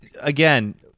again